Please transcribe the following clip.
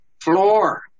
Floor